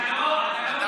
אנחנו מחזקים אותך,